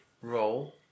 roll